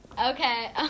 okay